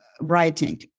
writing